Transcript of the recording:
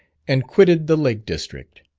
and quitted the lake district.